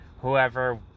whoever